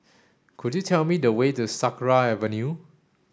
could you tell me the way to Sakra Avenue